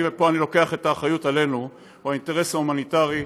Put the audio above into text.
אני חושב שהקו המקביל האחד הוא הקו הביטחוני,